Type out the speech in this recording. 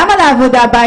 למה לעבודה הבאה?